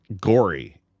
gory